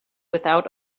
without